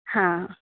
हा